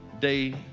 day